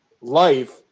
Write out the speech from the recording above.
life